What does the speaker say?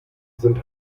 sind